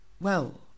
Well